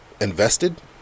invested